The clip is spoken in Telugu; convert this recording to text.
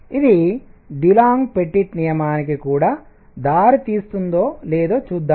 ఇది డులాంగ్ పెటిట్ నియమానికి కూడా దారితీస్తుందో లేదో చూద్దాం